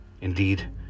Indeed